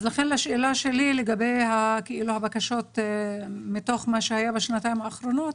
אז לכן לשאלה שלי לגבי הבקשות מתוך מה שהיה בשנתיים האחרונות,